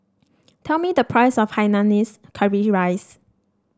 tell me the price of Hainanese Curry Rice